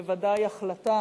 בוודאי ההחלטה